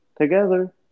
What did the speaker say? together